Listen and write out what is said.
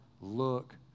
look